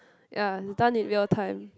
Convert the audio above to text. ya it's done it real time